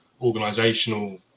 organizational